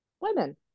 women